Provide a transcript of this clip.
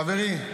חברי,